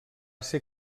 ser